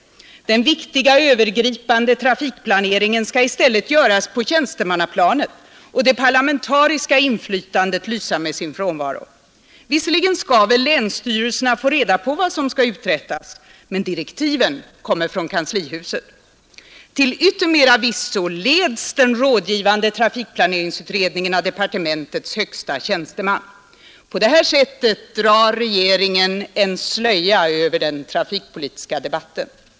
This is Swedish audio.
Den viktiga övergripande trafikplaneringen skall i stället gömmas på tjänstemannaplanet och det parlamentariska inflytandet lysa med sin frånvaro. Visserligen skall väl länsstyrelserna få reda på vad som skall uträttas — men direktiven kommer från kanslihuset. Till yttermera visso leds den rådgivande trafikplaneringsutredningen av departementets högsta tjänsteman. På det här sättet drar regeringen en slöja över den trafikpolitiska debatten.